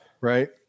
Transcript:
Right